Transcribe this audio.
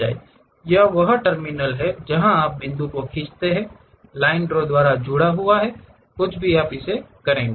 यह वह टर्मिनल है जहां आप बिंदु को खींचते हैं लाइन ड्रॉ द्वारा जुड़ा हुआ कुछ भी आप इसे करेंगे